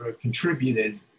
contributed